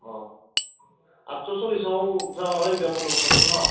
अ आदस' सल्लिआव जामारबाय बिदिबा बन्द'बस्थ'आ न'